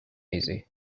easy